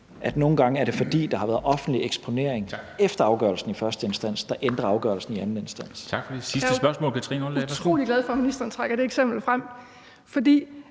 det nogle gange er det, at der har været offentlig eksponering efter afgørelsen i første instans, der ændrer afgørelsen i anden instans.